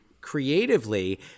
creatively